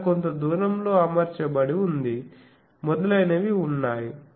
అక్కడ కొంత దూరం లో అమర్చబడి ఉంది మొదలైనవి ఉన్నాయి